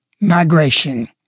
migration